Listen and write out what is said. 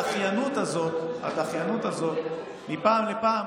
הדחיינות הזאת מפעם לפעם.